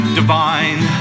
divine